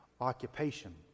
occupation